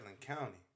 County